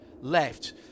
left